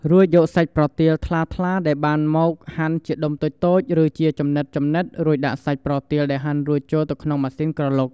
រួចយកសាច់ប្រទាលថ្លាៗដែលបានមកហាន់ជាដុំតូចៗ ឬជាចំណិតៗ រួចដាក់សាច់ប្រទាលដែលហាន់រួចចូលទៅក្នុងម៉ាស៊ីនក្រឡុក។